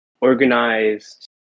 organized